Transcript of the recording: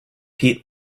heat